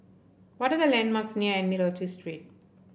what are the landmarks near Admiralty Street